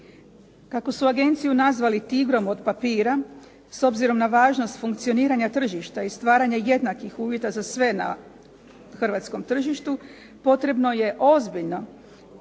Kako su agenciju nazvali tigrom od papira s obzirom na važnost funkcioniranja tržišta i stvaranja jednakih uvjeta za sve na hrvatskom tržištu potrebno je ozbiljno shvatiti